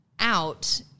out